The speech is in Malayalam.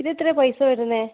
ഇത് എത്രയാണ് പൈസ വരുന്നത്